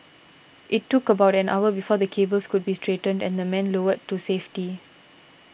it took about an hour before the cables could be straightened and the men lowered to safety